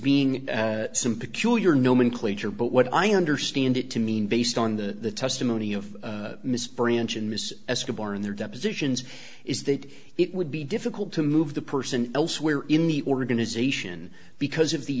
being some peculiar nomenclature but what i understand it to mean based on the testimony of mr branch and mrs escobar in their depositions is that it would be difficult to move the person elsewhere in the organization because of the